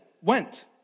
went